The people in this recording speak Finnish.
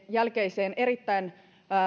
jälkeiseen erittäin